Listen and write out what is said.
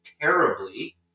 terribly